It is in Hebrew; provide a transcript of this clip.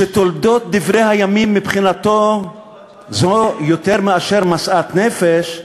שדברי הימים מבחינתו זה יותר ממשאת נפש,